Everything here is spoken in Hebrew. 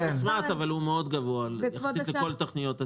הוא לא מוצמד אבל הוא גבוה מאוד יחסית לכל תוכניות הסיוע.